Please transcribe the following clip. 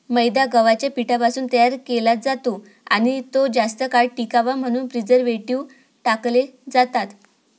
मैदा गव्हाच्या पिठापासून तयार केला जातो आणि तो जास्त काळ टिकावा म्हणून प्रिझर्व्हेटिव्ह टाकले जातात